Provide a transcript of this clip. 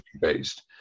based